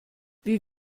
wie